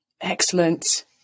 Excellent